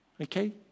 Okay